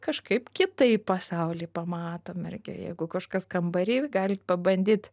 kažkaip kitaip pasaulį pamatom irgi jeigu kažkas kambary jūs galit pabandyt